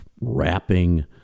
wrapping